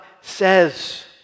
says